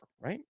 right